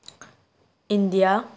India